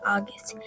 August